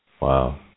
Wow